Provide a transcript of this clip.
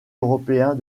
européen